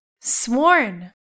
sworn